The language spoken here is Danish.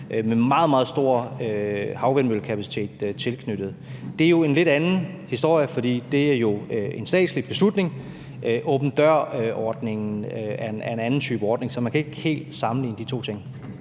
meget, meget stor havvindmøllekapacitet, der er tilknyttet. Det er jo en lidt anden historie, for det er jo en statslig beslutning. Åben dør-ordningen er en anden type ordning, så man kan ikke helt sammenligne de to ting.